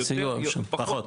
יותר, פחות?